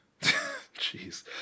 jeez